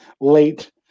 late